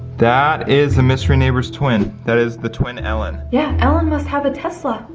that is the mystery neighbor's twin. that is the twin ellen. yeah, ellen must have a tesla.